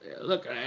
look